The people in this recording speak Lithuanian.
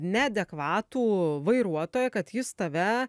neadekvatų vairuotoją kad jis tave